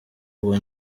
ubu